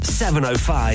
705